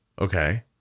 Okay